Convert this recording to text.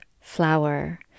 flower